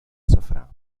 safrà